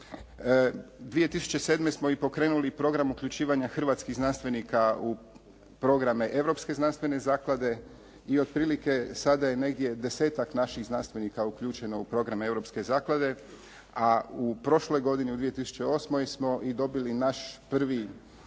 2007. smo i pokrenuli program uključivanja hrvatskih znanstvenika u programe europske znanstvene zaklade i otprilike sada je negdje desetak naših znanstvenika uključeno u program europske zaklade a u prošloj godini u 2008. smo i dobili naš prvi